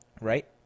Right